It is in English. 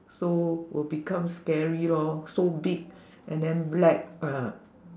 so will become scary lor so big and then black uh